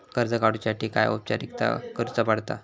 कर्ज काडुच्यासाठी काय औपचारिकता करुचा पडता?